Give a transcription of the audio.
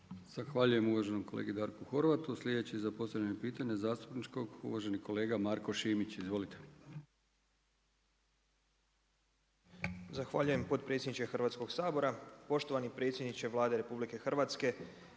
Zahvaljujem uvaženom kolegi Darku Horvatu. Sljedeći za postavljanje pitanje, zastupničkog uvaženi kolega Marko Šimić. Izvolite. **Šimić, Marko (HDZ)** Zahvaljujem potpredsjedniče Hrvatskog sabora. Poštovani predsjedniče Vlade RH,